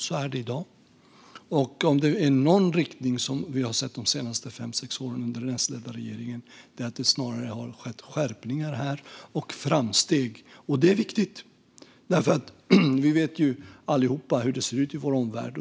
Så är det i dag, och om det är något vi har sett under de senaste fem sex åren med den S-ledda regeringen är det att det snarast har skett skärpningar och framsteg här. Detta är viktigt, för vi vet alla hur det ser ut i vår omvärld.